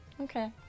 Okay